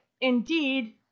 indeed